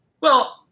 Well-